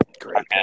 Great